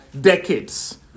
decades